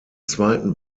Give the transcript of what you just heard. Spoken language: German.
zweiten